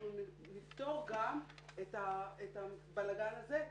אנחנו נפתור גם את הבלגן הזה,